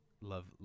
love